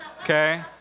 Okay